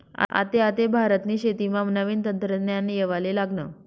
आते आते भारतनी शेतीमा नवीन तंत्रज्ञान येवाले लागनं